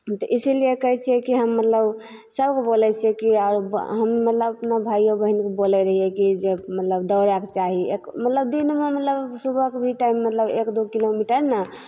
तऽ इसीलिए कहै छिए कि हम मतलब सभ बोलै छिए कि आओर हम मतलब अपना भाइओ बहिनके बोलै रहिए कि जे मतलब दौड़ैके चाही एक मतलब दिनमे मतलब सुबहके भी टाइम मतलब एक दू किलोमीटर ने